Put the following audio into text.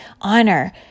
honor